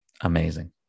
Amazing